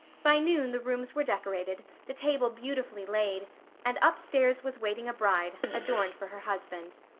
by noon the rooms were decorated, the table beautifully laid and upstairs was waiting a bride, adorned for her husband.